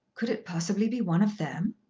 could it possibly be one of them?